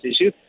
issue